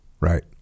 right